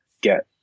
get